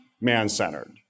man-centered